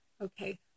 okay